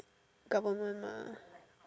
government mah